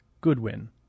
Goodwin